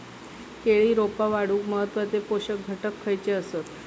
केळी रोपा वाढूक महत्वाचे पोषक घटक खयचे आसत?